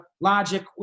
Logic